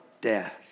death